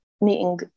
meeting